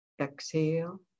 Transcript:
Exhale